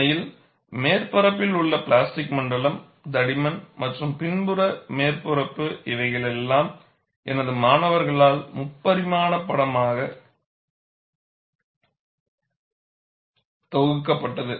உண்மையில் மேற்பரப்பில் உள்ள பிளாஸ்டிக் மண்டலம் தடிமன் மற்றும் பின்புற மேற்பரப்பு இவைக்ளெல்லாம் எனது மாணவர்களால் முப்பரிமாண படமாக தொகுக்கப்பட்டது